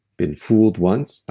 been fooled once,